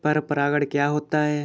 पर परागण क्या होता है?